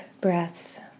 breaths